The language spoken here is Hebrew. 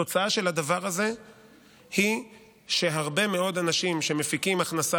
התוצאה של הדבר הזה היא שהרבה מאוד אנשים שמפיקים הכנסה